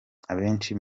abenshi